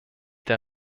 der